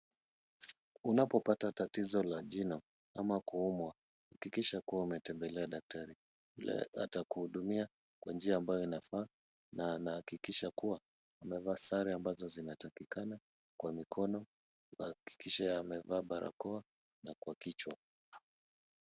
Unapopata tatizo la jino ama kuumwa hakikisha kuwa umetembelea daktari. Atakuhudumia kwa njia ambayo inafaa na anahakikisha kuwa amevaa sare ambazo zinatakikana kwa mikono ahakikishe amevaa barakoa na kwa kichwa.